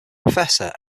professor